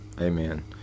Amen